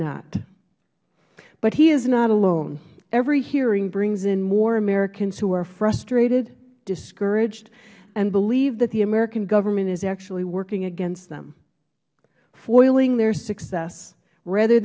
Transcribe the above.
not but he is not alone every hearing brings in more americans who are frustrated discouraged and believe that the american government is actually working against them flailing their success rather